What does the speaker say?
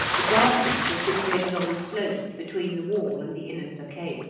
the gardens were situated on the slope between the wall and the inner stockade